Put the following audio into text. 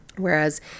Whereas